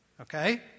Okay